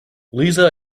lisa